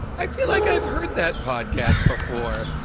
i feel like i've heard that podcast before.